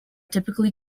typically